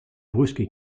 brusques